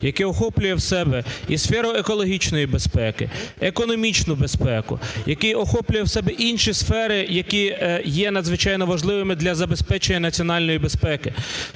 яке охоплює в себе і сферу екологічної безпеки, економічну безпеку, який охоплює в себе інші сфери, які є надзвичайно важливими для забезпечення національної безпеки.